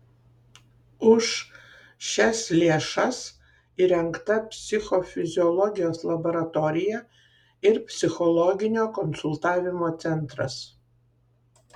už šias lėšas įrengta psichofiziologijos laboratorija ir psichologinio konsultavimo centras